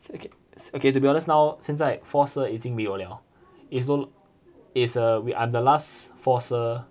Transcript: okay okay to be honest now 现在 four S_I_R 已经没有 liao it's no it's uh we I'm the last four S_I_R